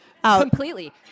Completely